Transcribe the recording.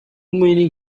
many